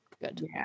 good